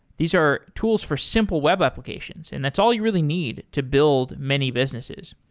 these are tools for simple web applications and that's all you really need to build many businesses.